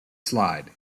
slide